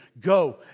Go